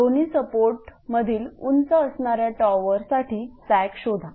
दोन्ही सपोर्टमधील उंच असणाऱ्या टॉवरसाठी सॅग शोधा